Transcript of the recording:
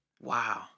Wow